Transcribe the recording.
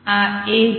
આ A છે